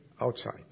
outside